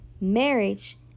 marriage